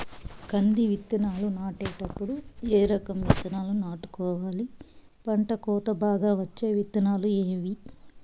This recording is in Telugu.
కంది విత్తనాలు నాటేటప్పుడు ఏ రకం విత్తనాలు నాటుకోవాలి, పంట కోత బాగా వచ్చే విత్తనాలు ఏవీ?